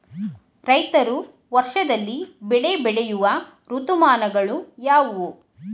ರೈತರು ವರ್ಷದಲ್ಲಿ ಬೆಳೆ ಬೆಳೆಯುವ ಋತುಮಾನಗಳು ಯಾವುವು?